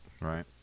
right